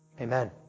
Amen